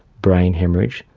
brain haemorrhage,